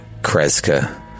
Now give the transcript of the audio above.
Kreska